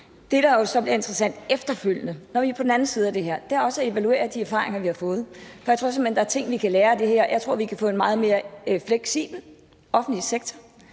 Det, der så er interessant efterfølgende – når vi er på den anden side af det her – er også at få evalueret de erfaringer, som vi har fået, for jeg tror simpelt hen, at der er ting, vi kan lære af det her. Jeg tror, at vi kan få en meget mere fleksibel offentlig sektor.